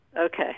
Okay